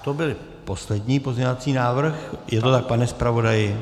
To byl poslední pozměňovací návrh, je to tak, pane zpravodaji?